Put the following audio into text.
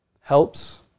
helps